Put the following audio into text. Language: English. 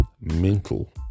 mental